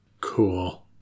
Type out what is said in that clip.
Cool